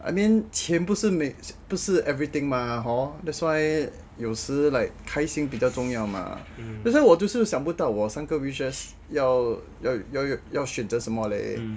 I mean 钱不是不是 everything mah hor that's why 有时 like 开心比较重要嘛 that's why 我就是想不到我三个 wishes 要选择什么 leh